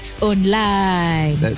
online